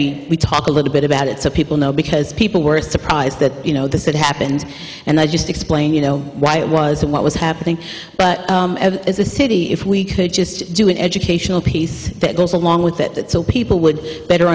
we we talk a little bit about it so people know because people were surprised that you know this had happened and i just explained you know why it was and what was happening but as a city if we could just do an educational piece that goes along with that so people would better